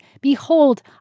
behold